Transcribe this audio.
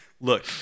look